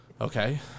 Okay